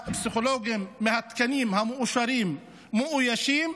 מהתקנים המאושרים של הפסיכולוגים מאוישים,